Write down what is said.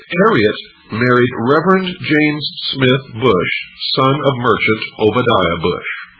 harriet married reverend james smith bush, son of merchant obidiah bush.